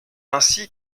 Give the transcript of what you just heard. ainsi